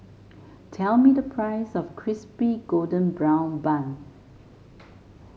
tell me the price of Crispy Golden Brown Bun